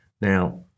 Now